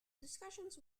discussions